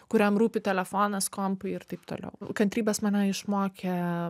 kuriam rūpi telefonas kompai ir taip toliau kantrybės mane išmokė